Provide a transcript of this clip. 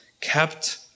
kept